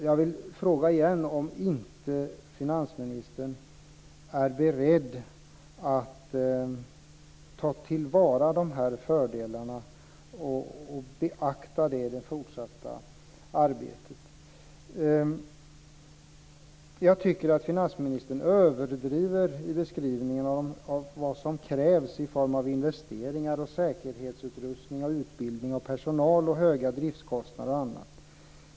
Jag vill fråga igen om inte finansministern är beredd att ta till vara fördelarna och beakta dem i det fortsatta arbetet. Jag tycker att finansministern överdriver i beskrivningen av vad som krävs i form av investeringar, säkerhetsutrustning, utbildning av personal, höga driftskostnader och annat.